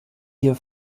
hier